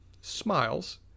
smiles